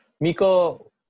Miko